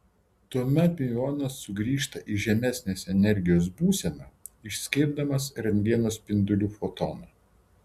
tuomet miuonas sugrįžta į žemesnės energijos būseną išskirdamas rentgeno spindulių fotoną